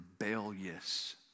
rebellious